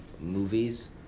movies